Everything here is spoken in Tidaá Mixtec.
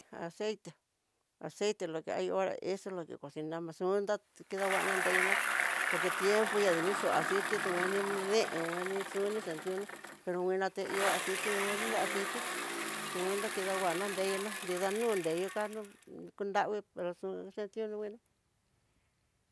Aceite, aceite lo hay hora eso es lo que cocinamos, xuntati kida'a kuaná nreyuná por que tiempo xani nixho aciti tinguani deen nguani xuni xión atiuna pero nguana te ihó aciti ngueni aciti xun dakidanguana nreyina dinra nuu kedo kano, kunravii pero xun xentiuno menó.